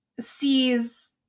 sees